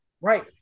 Right